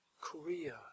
Korea